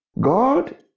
God